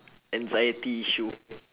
anxiety issue